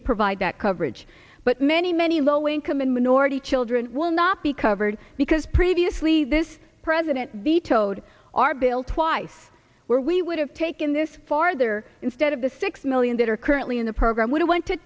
to provide that coverage but many many low income and minority children will not be covered because previously this president vetoed our bill twice where we would have taken this farther instead of the six million that are currently in the program when it went to